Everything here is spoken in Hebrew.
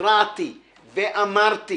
התרעתי ואמרתי